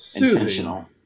intentional